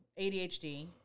ADHD